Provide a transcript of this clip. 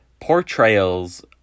portrayals